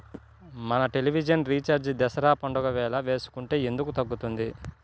మన television recharge Dasara పండగ వేళ వేసుకుంటే ఎందుకు తగ్గుతుంది?